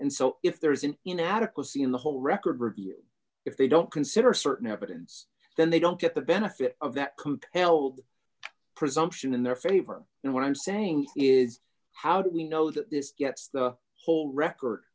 and so if there is an inadequacy in the whole record review if they don't consider certain evidence then they don't get the benefit of that compelled presumption in their favor and what i'm saying is how do we know that this gets the whole record